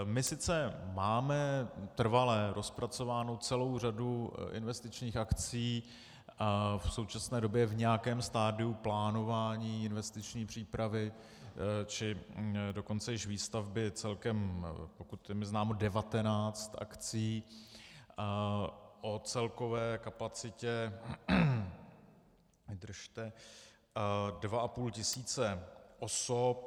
My sice máme trvale rozpracovánu celou řadu investičních akcí v současné době v nějakém stadiu plánování investiční přípravy, či dokonce již výstavby, celkem, pokud je mi známo, 19 akcí o celkové kapacitě... vydržte, dva a půl tisíce osob.